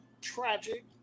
tragic